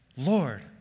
Lord